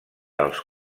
els